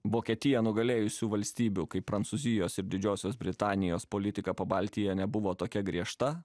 vokietija nugalėjusių valstybių kaip prancūzijos ir didžiosios britanijos politika po baltiją nebuvo tokia griežta